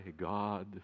God